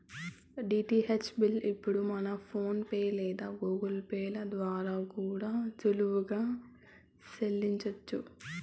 DTH bill ఇప్పుడు మనం PhonePe లేదా గూగుల్ పే ల ద్వారా కూడా సులువుగా సెల్లించొచ్చు